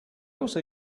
also